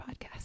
podcast